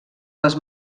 les